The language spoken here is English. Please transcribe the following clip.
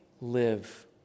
live